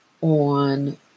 on